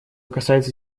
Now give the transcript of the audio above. касается